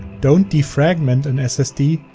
don't defragment an ssd,